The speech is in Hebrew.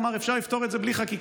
הוא אמר: אפשר לפתור את זה בלי חקיקה,